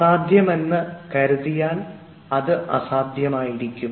അസാധ്യമാണെന്ന് കരുതിയാൽ അത് അസാധ്യമായിരിക്കും